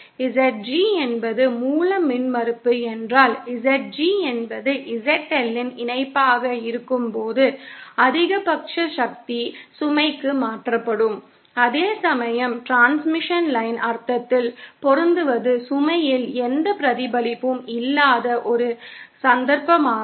ZG என்பது மூல மின்மறுப்பு என்றால் ZG என்பது ZL இன் இணைப்பாக இருக்கும்போது அதிகபட்ச சக்தி சுமைக்கு மாற்றப்படும் அதே சமயம் டிரான்ஸ்மிஷன் லைன் அர்த்தத்தில் பொருந்துவது சுமையில் எந்த பிரதிபலிப்பும் இல்லாத ஒரு சந்தர்ப்பமாகும்